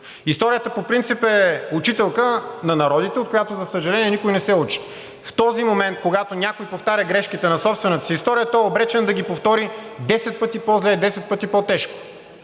Историята по принцип е учителка на народите, от която, за съжаление, никой не се учи. В този момент, когато някой повтаря грешките на собствената си история, той е обречен да ги повтори 10 пъти по-зле и 10 пъти по-тежко.